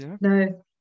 No